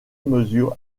mesure